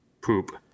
poop